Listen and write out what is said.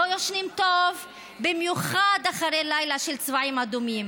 לא ישנים טוב, במיוחד אחרי לילה של צבעים אדומים.